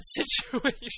situation